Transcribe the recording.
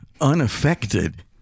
unaffected